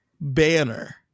banner